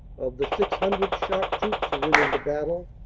of the six hundred shock troops who went into battle,